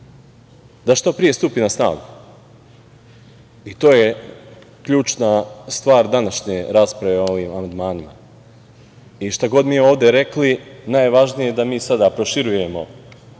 da što pre stupi na snagu. To je ključna stvar današnje rasprave o ovim amandmanima. Šta god mi ovde rekli, najvažnije je da mi sada proširujemo